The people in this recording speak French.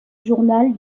journal